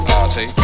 Party